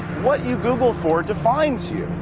what you google for defines you.